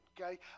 okay